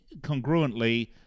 congruently